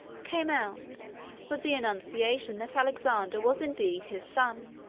came out with the annunciation that alexander was indeed his son,